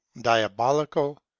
diabolical